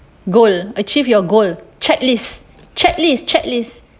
goal achieve your goal checklist checklist checklist